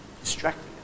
distracting